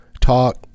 talk